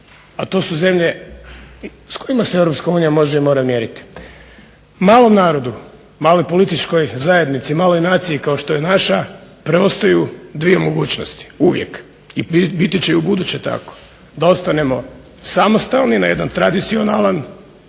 a to su zemlje s kojima se Europska unija može i mora mjeriti. Malom narodu, maloj političkoj zajednici, maloj zajednici kao što je naša preostaju dvije mogućnosti uvijek i biti će i u buduće tako da ostanemo samostalni na jedan tradicionalan,